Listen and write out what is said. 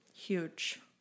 huge